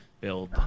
build